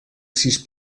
sis